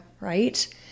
Right